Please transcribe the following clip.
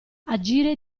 agire